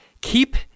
Keep